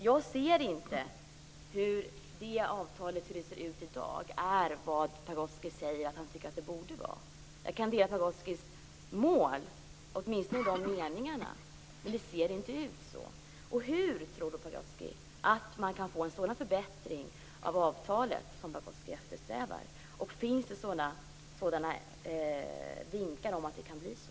Jag ser inte hur avtalet som det ser ut i dag är vad Pagrotsky säger att han tycker att det borde vara. Jag kan dela Pagrotskys mål åtminstone i de meningarna. Men det ser inte ut så. Hur tror Pagrotsky att man kan få en sådan förbättring av avtalet som Pagrotsky eftersträvar? Finns det sådana vinkar om att det kan bli så?